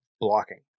blocking